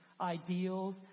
ideals